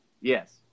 Yes